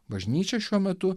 bažnyčia šiuo metu